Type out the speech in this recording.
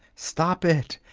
stop it!